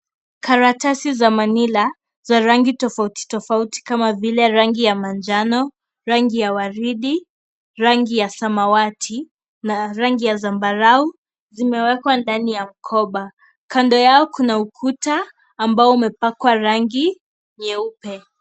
Karatasi za manila za rangi tofauti tofauti kama vile rangi ya manjano, rangi ya waridi, rangi ya samawati na rangi ya sambarau zimewekwa ndani ya mkoba. Kando yao kuna ukuta ambao umepakwa rangi nyeupe.